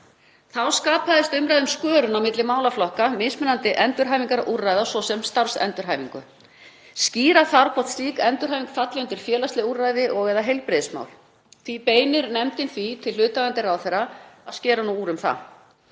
Þá skapaðist umræða um skörun á milli málaflokka og mismunandi endurhæfingarúrræði, svo sem starfsendurhæfingu. Skýra þarf hvort slík endurhæfing falli undir félagsleg úrræði og/eða heilbrigðismál. Beinir nefndin því til hlutaðeigandi ráðherra að skera úr um það.